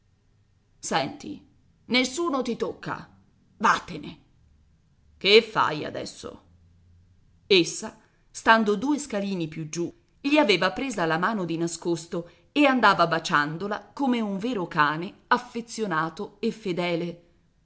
senti nessuno ti tocca vattene che fai adesso essa stando due scalini più giù gli aveva presa la mano di nascosto e andava baciandola come un vero cane affezionato e fedele